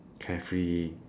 carefree